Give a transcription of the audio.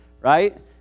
right